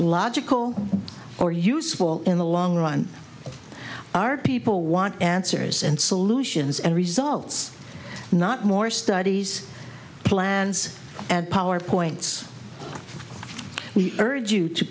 logical or useful in the long run our people want answers and solutions and results not more studies plans and power points we urge